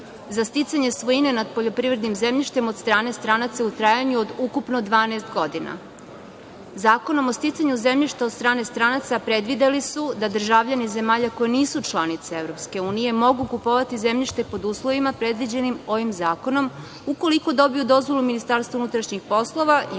za sticanje svojine nad poljoprivrednim zemljištem od strane stranaca u trajanju od ukupno 12 godina. Zakonom o sticanju zemljišta od strane stranaca predvideli su da državljani zemalja koje nisu članice EU mogu kupovati zemljište pod uslovima predviđenim ovim zakonom, ukoliko dobiju dozvolu MUP i Uprave, kao i